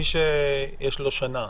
מי ששיש לו שנה,